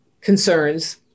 concerns